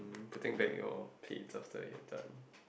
putting back your plates after you are done